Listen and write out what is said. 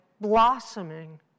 blossoming